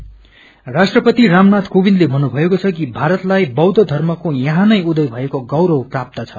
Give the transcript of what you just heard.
धम्मा चक्र राष्ट्रपति रामनाथ कोविन्दले भन्नुभएको छ कि भारतलाई बौछ धर्मको यहाँनै उदय भएको गौरव प्राप्त छ